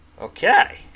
Okay